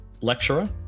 lecturer